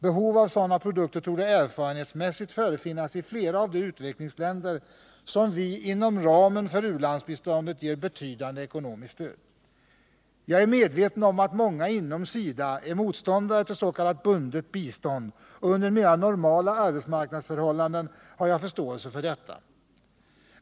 Behov av sådana produkter torde erfarenhetsmässigt förefinnas i flera av de utvecklingsländer som vi inom ramen för u-landsbiståndet ger betydande ekonomiskt stöd. Jag är medveten om att många inom SIDA är motståndare till s.k. bundet bistånd, och under mera normala arbetsmarknadsförhållanden har jag förståelse för detta.